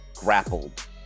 grappled